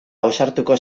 ausartuko